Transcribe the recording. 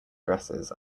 dresses